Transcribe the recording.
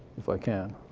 if i can.